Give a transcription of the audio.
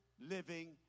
living